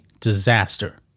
disaster